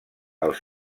els